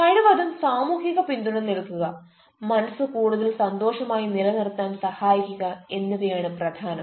കഴിവതും സാമൂഹിക പിന്തുണ നൽകുക മനസ് കൂടുതൽ സന്തോഷമായി നിലനിർത്താൻ സഹായിക്കുക എന്നിവയാണ് പ്രധാനം